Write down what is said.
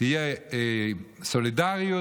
תהיה סולידריות.